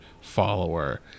follower